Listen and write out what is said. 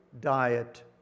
diet